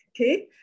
okay